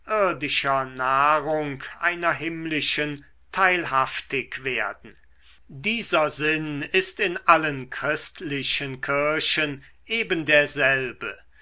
einer himmlischen teilhaftig werden dieser sinn ist in allen christlichen kirchen ebenderselbe